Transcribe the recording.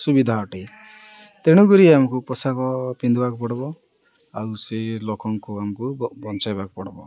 ସୁବିଧା ଅଟେ ତେଣୁକରି ଆମକୁ ପୋଷାକ ପିନ୍ଧିବାକୁ ପଡ଼ିବ ଆଉ ସେ ଲୋକଙ୍କୁ ଆମକୁ ବଞ୍ଚେଇବାକୁ ପଡ଼ିବ